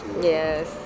Yes